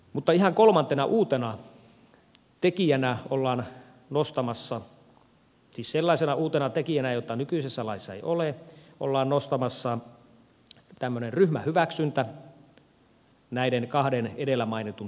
mutta ihan kolmantena uutena tekijänä ollaan nostamassa siis sellaisena uutena tekijänä jota nykyisessä laissa ei ole tämmöinen ryhmähyväksyntä näiden kahden edellä mainitun tekijän lisäksi